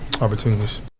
opportunities